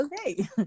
okay